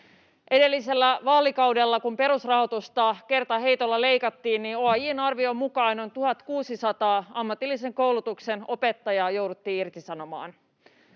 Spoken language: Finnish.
Edellisellä vaalikaudella, kun perusrahoitusta kertaheitolla leikattiin, OAJ:n arvion mukaan noin 1 600 ammatillisen koulutuksen opettajaa jouduttiin irtisanomaan.